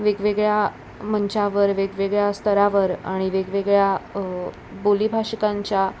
वेगवेगळ्या मंच्यावर वेगवेगळ्या स्तरावर आणि वेगवेगळ्या बोलीभाषिकांच्या